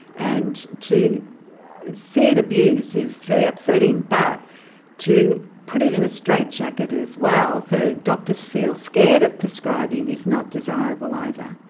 and to see it abused is very upsetting. but to put it in a straitjacket as well, so doctors feel scared at prescribing, is not desirable either.